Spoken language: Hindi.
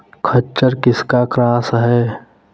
खच्चर किसका क्रास है?